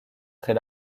très